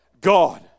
God